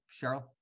Cheryl